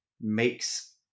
makes